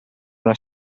una